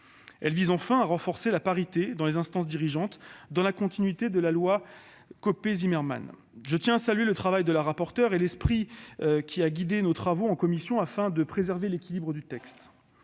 il vise à renforcer la parité dans les instances dirigeantes, dans la continuité de la loi Copé-Zimmermann. Je tiens à saluer le travail de la rapporteure et l'esprit qui a guidé nos votes en commission afin de préserver l'équilibre du texte.